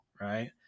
right